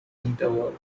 interval